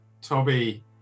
Toby